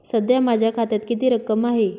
सध्या माझ्या खात्यात किती रक्कम आहे?